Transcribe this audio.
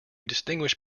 distinguish